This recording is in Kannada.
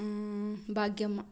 ಭಾಗ್ಯಮ್ಮ